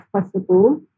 possible